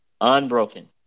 unbroken